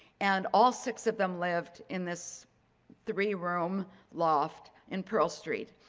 and all six of them lived in this three room loft in pearl street.